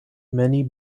many